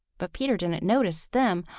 but peter didn't notice them.